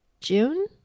June